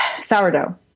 sourdough